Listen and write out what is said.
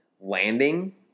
landing